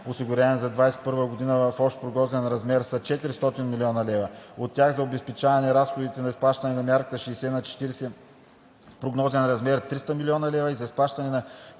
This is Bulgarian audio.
към ДОО за 2021 г. в общ прогнозен размер са 400 млн. лв. От тях за обезпечаване разходите за изплащане на мярката 60/40 в прогнозен размер 300 млн. лв. и за изплащане на